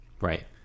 right